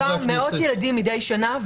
אני מלווה מאות ילדים מדי שנה,